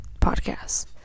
podcasts